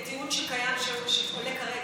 זה טיעון, כרגע.